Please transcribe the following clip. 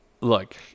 Look